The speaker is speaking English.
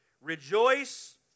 Rejoice